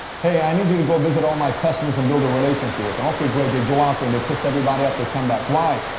hey, i need you to go visit all my customers and build a relationship with them. okay, great. they go out there and they piss everybody off. they come back, why?